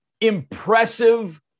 impressive